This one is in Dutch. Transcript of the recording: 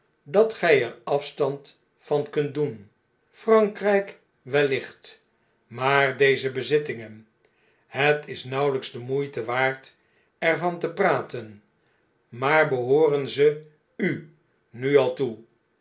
dat gy er afstand van kunt doen frankryk wellicht maar deze bezittingen het is nauweiyks de moeite waard er van te praten maar behooren ze u nu al toe